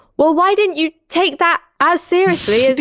well, why didn't you take that as seriously as